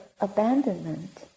abandonment